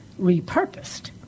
repurposed